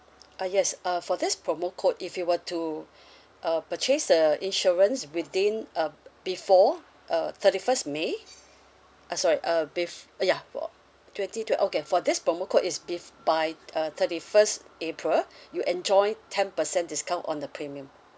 ah yes uh for this promo code if you were to uh purchase the insurance within um before uh thirty first may uh sorry uh bef~ uh ya for twenty to okay for this promo code it's bef~ by uh thirty first april you'll enjoy ten percent discount on the premium